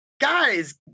guys